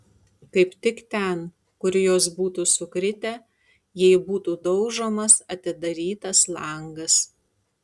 kaip tik ten kur jos būtų sukritę jei būtų daužomas atidarytas langas